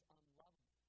unlovable